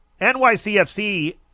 NYCFC